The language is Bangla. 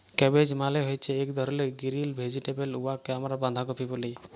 ক্যাবেজ মালে হছে ইক ধরলের গিরিল ভেজিটেবল উয়াকে আমরা বাঁধাকফি ব্যলি